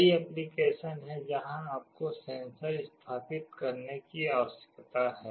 कई एप्लिकेशन हैं जहां आपको सेंसर स्थापित करने की आवश्यकता है